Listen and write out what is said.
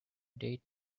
date